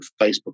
Facebook